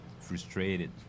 frustrated